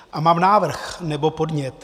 A mám návrh nebo podnět.